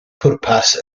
pwrpas